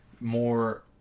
more